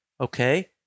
Okay